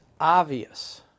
obvious